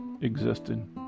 existed